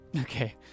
Okay